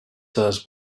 does